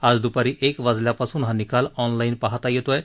आज दुपारी एक वाजल्यापासून हा निकाल ऑनलाईन पाहता येत आहे